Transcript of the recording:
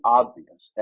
obvious